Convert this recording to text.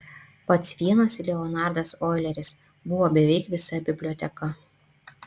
pats vienas leonardas oileris buvo beveik visa biblioteka